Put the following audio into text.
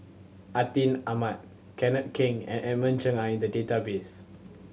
Atin Amat Kenneth Keng and Edmund Cheng are in the database